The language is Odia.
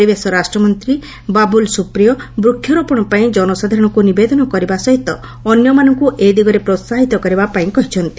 ପରିବେଶ ରାଷ୍ଟ୍ରମନ୍ତ୍ରୀ ବାବ୍ରଲ୍ ସୁପ୍ରିୟୋ ବୃକ୍ଷରୋପଣ ପାଇଁ ଜନସାଧାରଣଙ୍କୁ ନିବେଦନ କରିବା ସହିତ ଅନ୍ୟମାନଙ୍କ ଏ ଦିଗରେ ପ୍ରୋହାହିତ କରିବାପାଇଁ କହିଛନ୍ତି